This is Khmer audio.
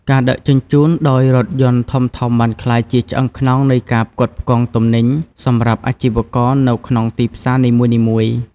ការដឹកជញ្ជូនដោយរថយន្តធំៗបានក្លាយជាឆ្អឹងខ្នងនៃការផ្គត់ផ្គង់ទំនិញសម្រាប់អាជីវករនៅក្នុងទីផ្សារនីមួយៗ។